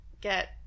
get